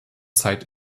zeit